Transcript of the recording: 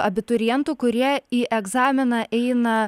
abiturientų kurie į egzaminą eina